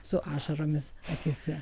su ašaromis akyse